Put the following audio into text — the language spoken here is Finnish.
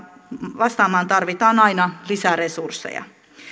vastaamaan tarvitaan aina lisäresursseja